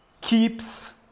keeps